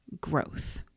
growth